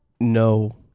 No